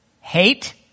Hate